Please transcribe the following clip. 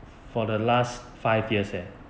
for the last five years leh